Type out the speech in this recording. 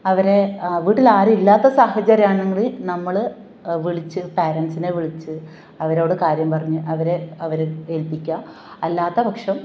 അവരെ വീട്ടിൽ ആരും ഇല്ലാത്ത സാഹചര്യം ആണെങ്കിൽ നമ്മൾ വിളിച്ച് പാരൻസിനെ വിളിച്ച് അവരോട് കാര്യം പറഞ്ഞ് അവരെ അവരെ ഏൽപ്പിക്കുക അല്ലാത്ത പക്ഷം